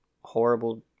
horrible